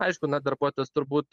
aišku na darbuotojas turbūt